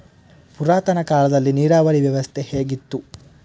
ಪುರಾತನ ಕಾಲದಲ್ಲಿ ನೀರಾವರಿ ವ್ಯವಸ್ಥೆ ಹೇಗಿತ್ತು?